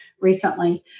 recently